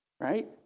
Right